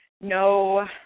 no